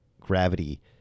gravity